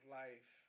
life